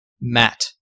Matt